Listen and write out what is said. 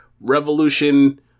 Revolution